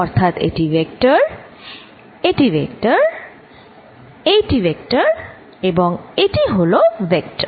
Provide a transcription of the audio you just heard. অর্থাৎ এটি ভেক্টর এটি ভেক্টর এটি ভেক্টর এবং এটি হলো ভেক্টর